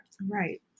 Right